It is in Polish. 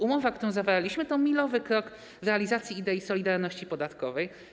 Umowa, którą zawarliśmy, to milowy krok w realizacji idei solidarności podatkowej.